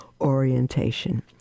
orientation